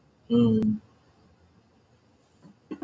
mm